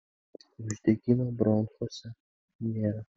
uždegimo bronchuose nėra